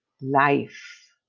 life